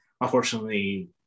unfortunately